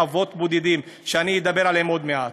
חוות בודדים, שאני אדבר עליהן עוד מעט.